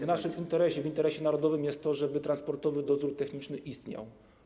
W naszym interesie, w interesie narodowym jest to, żeby Transportowy Dozór Techniczny istniał.